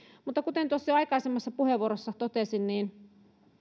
mutta kuten tuossa jo aikaisemmassa puheenvuorossa totesin niin